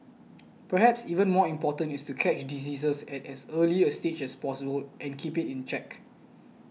perhaps even more important is to catch diseases at as early a stage as possible and keep it in check